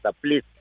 Please